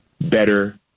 better